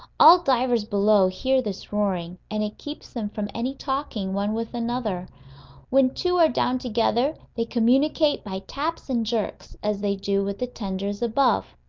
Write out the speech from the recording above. all divers below hear this roaring, and it keeps them from any talking one with another when two are down together, they communicate by taps and jerks, as they do with the tenders above.